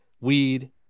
weed